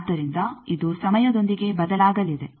ಆದ್ದರಿಂದ ಇದು ಸಮಯದೊಂದಿಗೆ ಬದಲಾಗಲಿದೆ